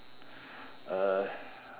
uh